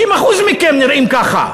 60% מכם נראים ככה,